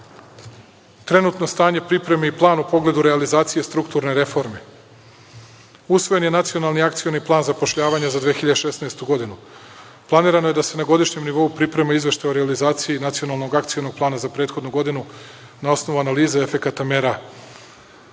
način. Trenutno stanje pripreme i plana u pogledu realizacije strukturne reforme, usvojen je Nacionalni akcioni plan zapošljavanja za 2016. godinu, planirano je da se na godišnjem nivou pripreme Izveštaja o realizaciji Nacionalnog akcionog plana za prethodnu godinu na osnovu analize efekata mera